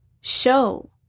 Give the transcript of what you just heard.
show